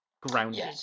grounded